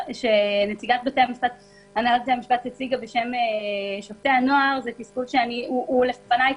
שהנהלת בתי המשפט הציגה בשם שופטי הנוער הוא תסכול שהוא לפניי.